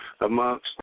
amongst